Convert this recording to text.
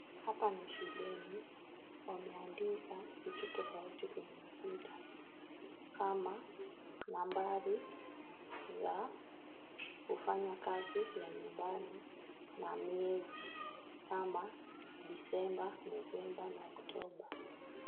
Hapa ni shuleni wameandika vitu tofauti kwenye ukuta kama ; nambari za kufanya kazi ya nyumbani na miezi kama ; Disemba , Novemba na Oktoba.